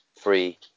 Free